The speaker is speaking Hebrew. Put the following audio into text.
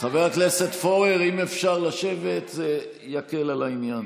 חבר הכנסת פורר, אם אפשר לשבת, זה יקל על העניין.